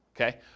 okay